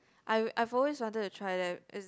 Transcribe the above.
I I've always wanted to try that is